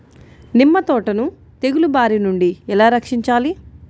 నిమ్మ తోటను తెగులు బారి నుండి ఎలా రక్షించాలి?